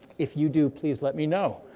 if you do, please let me know.